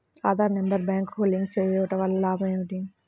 Aadhaar number బ్యాంక్నకు link చేయుటవల్ల లాభం ఏమిటి?